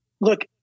look